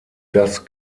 das